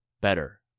better